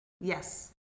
Yes